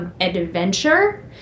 adventure